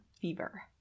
Fever